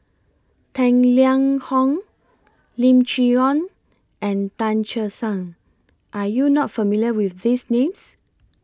Tang Liang Hong Lim Chee Onn and Tan Che Sang Are YOU not familiar with These Names